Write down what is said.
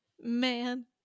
man